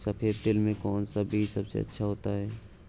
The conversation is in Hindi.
सफेद तिल में कौन सा बीज सबसे अच्छा होता है?